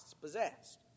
possessed